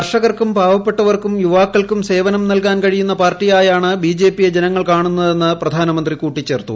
കർഷകർക്കും പാവപ്പെട്ടവർക്കും യുവാക്കൾക്കും സേവനം നൽകാൻ കഴിയുന്ന ്പാർട്ടിയായാണ് ബിജെപിയെ ജനങ്ങൾ കാണുന്നതെന്ന് പ്രധാനമന്ത്രി പറഞ്ഞു